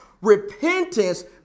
repentance